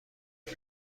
هیچ